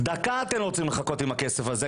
דקה אתם לא צריכים לחכות עם הכסף הזה.